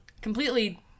Completely